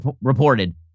reported